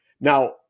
Now